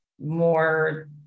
more